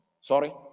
sorry